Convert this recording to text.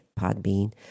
Podbean